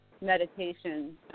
meditation